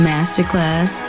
Masterclass